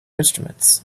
instruments